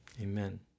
Amen